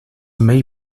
may